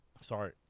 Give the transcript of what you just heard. Sorry